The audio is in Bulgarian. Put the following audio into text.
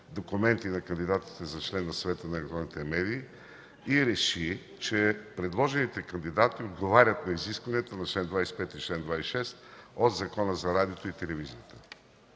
документи на кандидатите за член на Съвета за електронни медии и реши, че предложените кандидати отговарят на изискванията на чл. 25 и чл. 26 от Закона за радиото и телевизията.